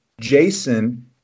Jason